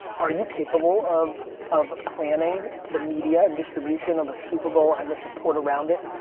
are you capable of of planning the media and distribution of the super bowl and the support around it,